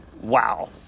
wow